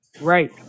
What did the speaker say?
Right